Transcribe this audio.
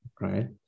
right